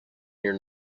your